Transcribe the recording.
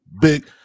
Big